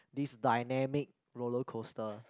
this dynamic roller coaster